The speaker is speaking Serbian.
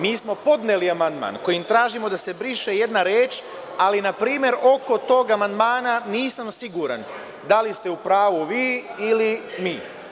Mi smo podneli amandman kojim tražimo da se briše jedna reč, ali npr. oko tog amandmana nisam siguran da li ste u pravu vi ili mi.